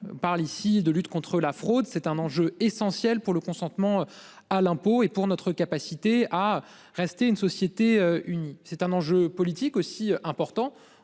parle ici de lutte contre la fraude. C'est un enjeu essentiel pour le consentement à l'impôt et pour notre capacité à rester une société unie. C'est un enjeu politique aussi important.